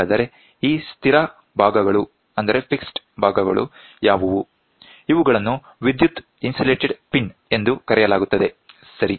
ಹಾಗಾದರೆ ಈ ಸ್ಥಿರ ಭಾಗಗಳು ಯಾವುವು ಇವುಗಳನ್ನು ವಿದ್ಯುತ್ ಇನ್ಸುಲೇಟೆಡ್ ಪಿನ್ ಎಂದು ಕರೆಯಲಾಗುತ್ತದೆ ಸರಿ